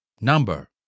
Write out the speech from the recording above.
number